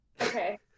Okay